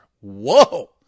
Whoa